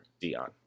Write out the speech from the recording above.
Dion